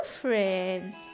friends